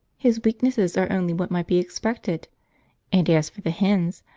his weaknesses are only what might be expected and as for the hens,